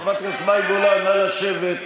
חברת הכנסת מאי גולן, נא לשבת.